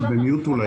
יופי.